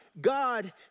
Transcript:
God